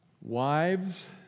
Wives